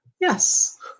Yes